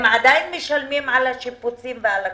הם עדיין משלמים על השיפוצים ועל הכול.